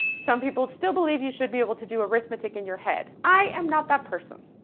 some people still believe you should be able to do arithmetic in your head. i am not that person.